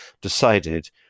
decided